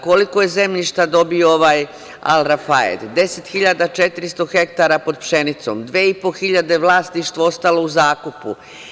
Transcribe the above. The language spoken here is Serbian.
Koliko je zemljišta dobio ovaj Al Rafaed, 10.400 hektara pod pšenicom, 2.500 vlasništvo ostalo u zakupu.